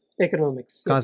Economics